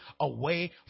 away